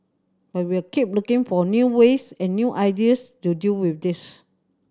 but we'll keep looking for new ways and new ideas to deal with this